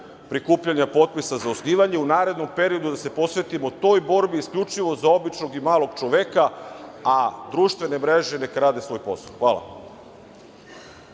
prikupljanja potpisa za osnivanje u narednom periodu, da se posvetimo toj borbi, isključivo za običnog i malog čoveka, a društvene mreže neka rade svoj posao. Hvala.